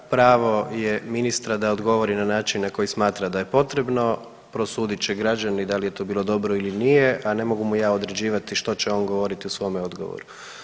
Pravo je ministra da odgovori na način na koji smatra da je potrebno, prosudit će građani da li je to bilo dobro ili nije, a ne mogu mu ja određivati što će on govoriti u svome odgovoru.